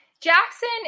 Jackson